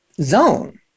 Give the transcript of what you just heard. zone